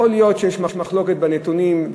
יכול להיות שיש מחלוקת על הנתונים.